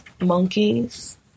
Monkeys